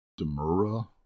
Demura